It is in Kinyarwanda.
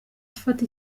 afata